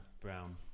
Brown